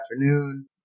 afternoon